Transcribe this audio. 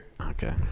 okay